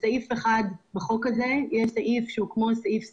בסעיף אחד בחוק הזה יש סעיף שהוא כמו סעיף סל,